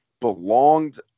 belonged